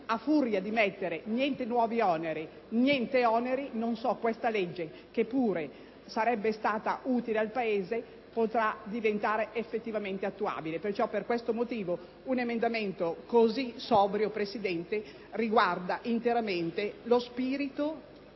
A furia di non prevedere nuovi oneri, nessun onere, non so come questa legge, che pure sarebbe stata utile al Paese, potrà diventare effettivamente attuabile. Per questo motivo, un emendamento così sobrio, signor Presidente, riguarda interamente lo spirito